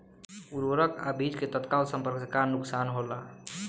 उर्वरक अ बीज के तत्काल संपर्क से का नुकसान होला?